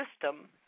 system